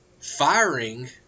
firing